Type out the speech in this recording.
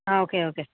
ആ okay okay